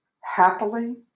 happily